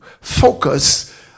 focus